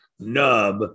Nub